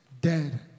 dead